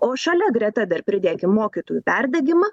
o šalia greta dar pridėkim mokytojų perdegimą